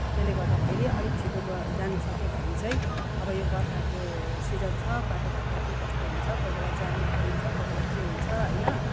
त्यसले गर्दाखेरि अलिक छिटो गए जानुसकेँ भने चाहिँ अब यो बर्खाको सिजन छ बाटोघाटो के कस्तो हुन्छ कोही बेला जाममा परिन्छ कोही बेला के हुन्छ होइन